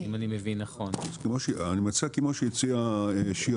מצאתי מה שהציעה שירה